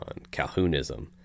Calhounism